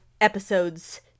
episodes